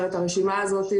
הרשימה?